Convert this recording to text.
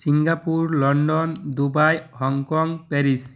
Singapore London Dubai Hong Kong Paris